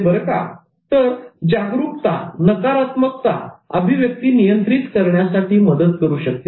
तर जागरुकता नकारात्मक अभिव्यक्ती नियंत्रित करण्यासाठी मदत करू शकते